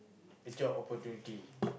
a job opportunity